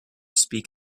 speak